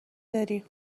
داری